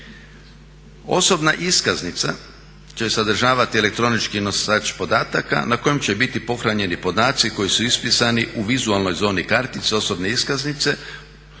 Osobna iskaznica će sadržavati elektronički nosač podataka na kojem će biti pohranjeni podaci koji su ispisani u vizualnoj zoni kartice, osobne iskaznice